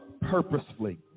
purposefully